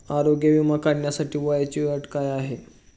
आरोग्य विमा काढण्यासाठी वयाची अट काय आहे?